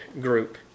group